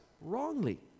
wrongly